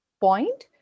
point